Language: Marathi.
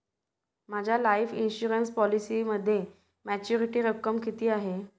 माझ्या लाईफ इन्शुरन्स पॉलिसीमध्ये मॅच्युरिटी रक्कम किती आहे?